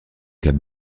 cap